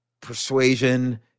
persuasion